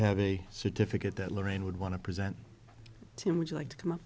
have a certificate that lorraine would want to present to him would you like to come up